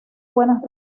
buenas